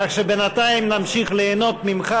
כך שבינתיים נמשיך ליהנות ממך,